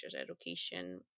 education